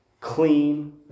Clean